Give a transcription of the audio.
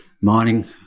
mining